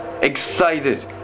excited